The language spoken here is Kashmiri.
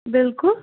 بِلکُل